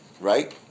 right